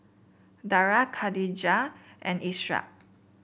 Dara Katijah and Ishak